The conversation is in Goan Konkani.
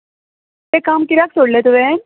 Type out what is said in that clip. तें काम कित्याक सोडलें तुवें